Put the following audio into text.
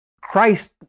Christ